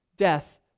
Death